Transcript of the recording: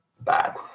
bad